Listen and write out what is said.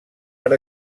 per